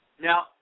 Now